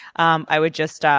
um i would just, ah